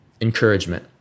encouragement